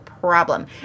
problem